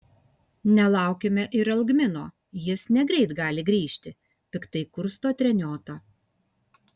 nelaukime ir algmino jis negreit gali grįžti piktai kursto treniota